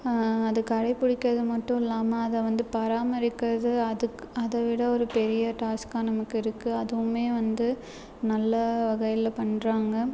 அது கடைப்பிடிக்கறது மட்டும் இல்லாமல் அதை வந்து பராமரிக்கிறது அதுக்கு அதை விட ஒரு பெரிய டாஸ்க்காக நமக்கு இருக்குது அதுவுமே வந்து நல்ல வகையில் பண்ணுறாங்க